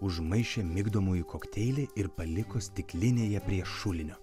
užmaišė migdomųjų kokteilį ir paliko stiklinėje prie šulinio